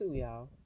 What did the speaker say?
y'all